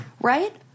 right